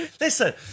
Listen